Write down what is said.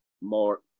more